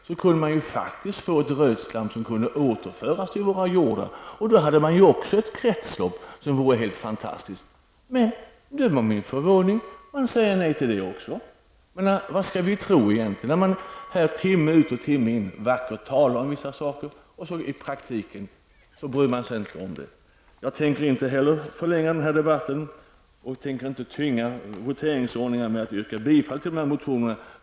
Då kunde man faktiskt få ett rötslam som kunde återföras till våra jordar. Då hade man också ett kretslopp som vore helt fantastiskt. Men, döm om min förvåning, man säger nej till det också. Vad skall vi egentligen tro. Timme ut och timme in talar man vackert om vissa saker. Men i praktiken bryr man sig inte om dem. Jag tänkte inte heller förlänga den här debatten och jag tänker inte betunga voteringsordningen med att yrka bifall till de här motionerna.